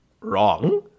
wrong